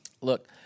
Look